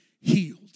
healed